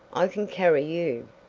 i can carry you.